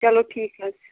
چلو ٹھیٖک حظ چھُ